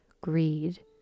greed